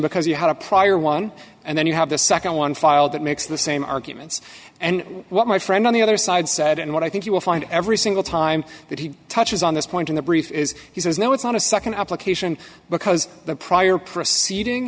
because you had a prior one and then you have the nd one filed that makes the same arguments and what my friend on the other side said and what i think you will find every single time that he touches on this point in the brief is he says no it's not a nd application because the prior proceeding